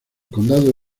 condado